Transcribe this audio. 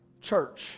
church